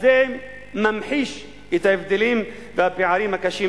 זה ממחיש את ההבדלים והפערים הקשים.